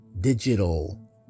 digital